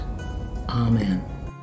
Amen